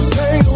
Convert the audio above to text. Stay